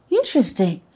Interesting